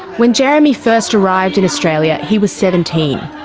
when jeremy first arrived in australia, he was seventeen.